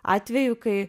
atveju kai